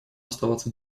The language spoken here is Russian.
оставаться